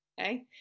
Okay